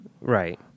Right